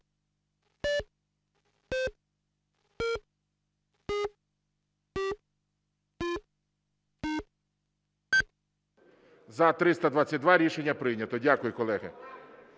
За-322 Рішення прийнято. Дякую, колеги.